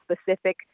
specific